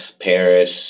Paris